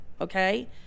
okay